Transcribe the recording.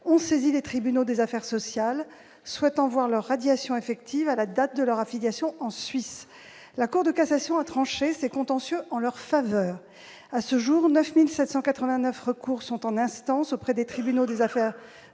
ont saisi les tribunaux des affaires sociales, souhaitant voir leur radiation effective à la date de leur affiliation en Suisse. La Cour de cassation a tranché ces contentieux en leur faveur. À ce jour, 9 789 recours sont en instance auprès des tribunaux des affaires de